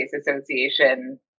Association